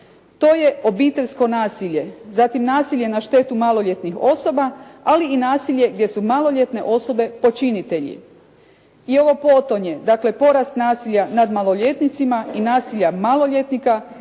To je obiteljsko nasilje, zatim nasilje na štetu maloljetnih osoba, ali i nasilje gdje su maloljetne osobe počinitelji. I ovo potonje, dakle porast nasilja nad maloljetnicima i nasilja maloljetnika